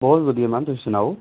ਬਹੁਤ ਵਧੀਆ ਮੈਮ ਤੁਸੀਂ ਸੁਣਾਓ